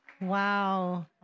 Wow